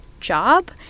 job